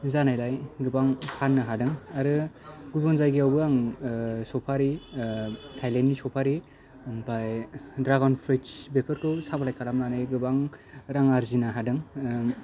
जानायलाय गोबां फाननो हादों आरो गुबुन जायगायावबो आं सफारि ताइलेण्डनि सफारि ओमफ्राय ड्रागन प्रुट्स बेफोरखौै साफ्लाइ खालामनानै गोबां रां आरजिनो हादों